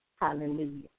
Hallelujah